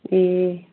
ए